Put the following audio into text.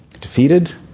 defeated